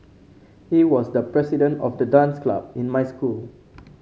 he was the president of the dance club in my school